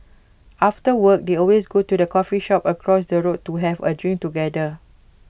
after work they always go to the coffee shop across the road to have A drink together